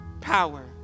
power